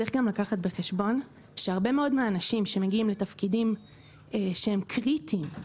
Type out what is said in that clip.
צריך גם לקחת בחשבון שהרבה מאוד מהאנשים שמגיעים לתפקידים שהם קריטיים,